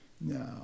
No